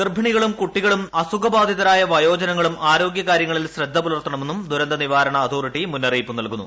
ഗർഭിണികളും കുട്ടികളും അസുഖബാധിതരായ വയോജനങ്ങളും ആരോഗ്യകാര്യങ്ങളിൽ ശ്രദ്ധ പുലർത്തണമെന്നും ദുരന്ത നിവാരണ അതോറിറ്റി മുന്നറിയിപ്പ് നൽകുന്നു